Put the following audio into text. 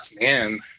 man